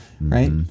right